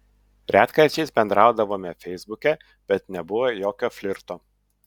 retkarčiais bendraudavome feisbuke bet nebuvo jokio flirto